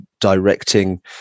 directing